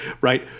Right